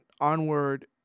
Onward